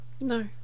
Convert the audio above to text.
no